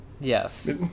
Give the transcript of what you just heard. yes